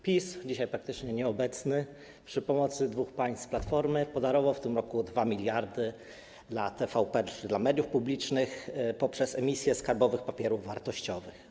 PiS, dzisiaj praktycznie nieobecny, przy pomocy dwóch pań z Platformy podarował w tym roku 2 mld dla TVP, dla mediów publicznych poprzez emisję skarbowych papierów wartościowych.